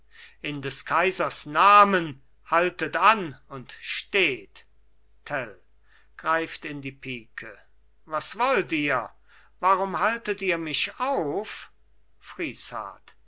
in des kaisers namen haltet an und steht tell greift in die pike was wollt ihr warum haltet ihr mich auf